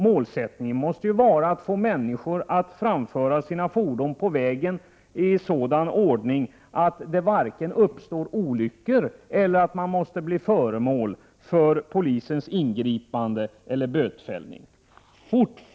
Målet måste vara att få människor att framföra sina fordon på vägen i sådan ordning att det inte uppstår olyckor och att inte någon blir föremål för polisens ingripanden eller bötesförelägganden.